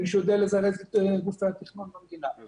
אם מישהו יודע לזרז את גופי התכנון, בבקשה.